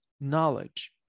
knowledge